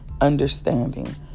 understanding